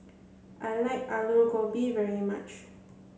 I like Alu Gobi very much